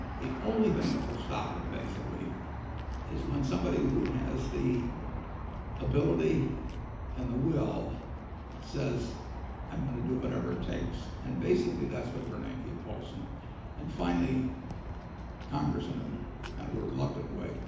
the only thing that will stop it basically is when somebody who has the ability and the will says i'm gonna do whatever it takes. and basically that's what bernanke and paulson and finally congress in in kind of a reluctant way,